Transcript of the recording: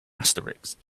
asterisk